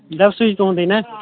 دَپ سُہ چھُ تُہُنٛدُے نا